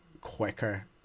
quicker